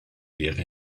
wäre